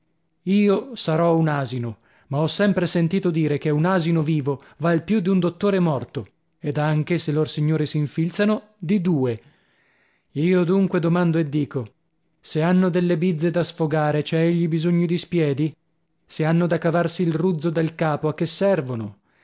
io sarò un asino ma ho sempre sentito dire che un asino vivo val più d'un dottore morto ed anche se lor signori s'infilzano di due io dunque domando e dico se hanno delle bizze da sfogare c'è egli bisogno di spiedi se hanno da cavarsi il ruzzo dal capo a che servono